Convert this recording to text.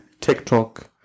TikTok